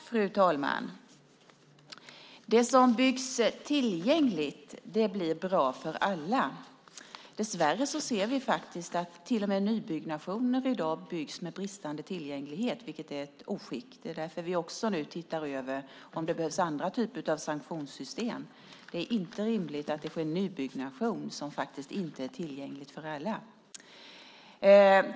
Fru talman! Det som byggs med tillgänglighet blir bra för alla. Dessvärre ser vi att till och med nya bostäder i dag byggs med bristande tillgänglighet, vilket är ett oskick. Det är därför som vi nu också ser över om det behövs andra typer av sanktionssystem. Det är inte rimligt att det sker nybyggnation som inte är tillgänglig för alla.